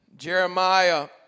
Jeremiah